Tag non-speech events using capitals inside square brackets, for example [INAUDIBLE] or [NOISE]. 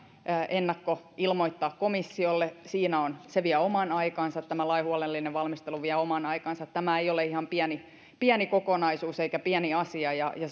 ennakkoilmoittaa komissiolle mikä vie oman aikansa ja tämän lain huolellinen valmistelu vie oman aikansa tämä ei ole ihan pieni pieni kokonaisuus eikä pieni asia ja [UNINTELLIGIBLE]